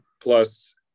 Plus